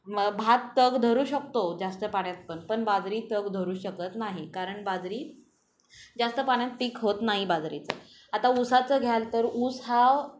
मग भात तग धरू शकतो जास्त पाण्यात पण पण बाजरी तग धरू शकत नाही कारण बाजरी जास्त पाण्यात पीक होत नाही बाजरीचं आता ऊसाचं घ्याल तर ऊस हा